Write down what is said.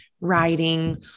writing